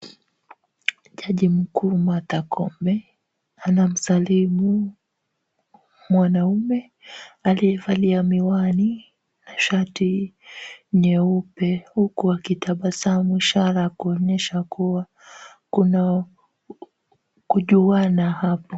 Jaji mkuu Martha Koome, anamsalimu mwanaume aliyevalia miwani na shati nyeupe, huku akitabasamu ishara ya kuonyesha kuwa kuna kujuana hapo.